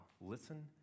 Listen